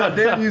ah did